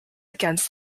against